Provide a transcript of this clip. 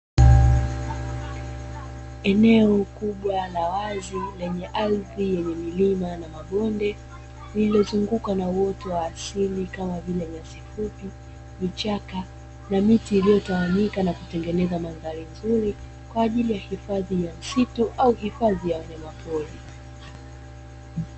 Eneo kubwa la wazi, lenye ardhi yenye milima na mabonde, lililozungukwa na uoto wa asili kama vile; nyasi fupi, vichaka na miti iliyotawanyika na kutengeneza mandhari nzuri kwa ajili ya hifadhi ya misitu au hifadhi ya wanyamapori.